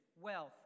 wealth